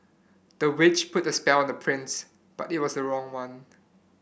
the witch put a spell on the prince but it was a wrong one